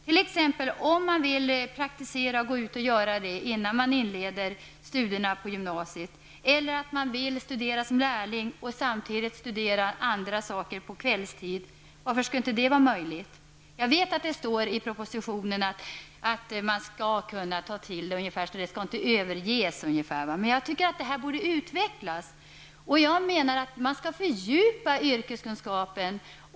De skall ha möjlighet att praktisera innan de inleder sina studier på gymnasiet. De skall också få studera som lärling och studera andra saker på kvällstid. Varför skall inte det vara möjligt? Jag vet att det står i propositionen någonting om att det här är en tanke som inte skall överges. Själv tycker jag att det är något som bör utvecklas. Människor bör få möjlighet att fördjupa sina yrkeskunskaper.